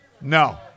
No